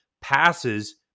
passes